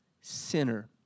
sinner